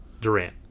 Durant